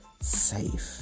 safe